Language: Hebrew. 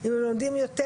אם הם לומדים יותר